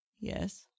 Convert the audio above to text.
Yes